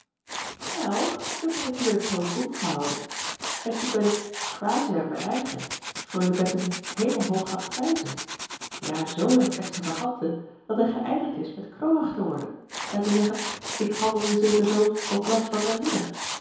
wel ik heb mij natuurlijk heel dom gehouden en toen ben ik quasi uit mijn eigen freule bettemie hemeljacob van ennep laasje evenster hoog gaan prijzen ja zoo in t extravagante dat hij geëindigd is met knorrig te worden en te zeggen ik handelde zeker zoo op last van zijn moeder